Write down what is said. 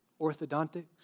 Orthodontics